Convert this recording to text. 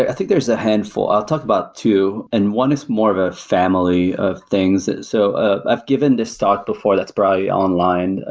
i think there's a handful. i'll talk about two. and one is more of a family of things. so ah i've given this talk before. that's probably online.